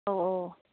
औ औ